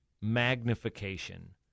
magnification